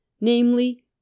Namely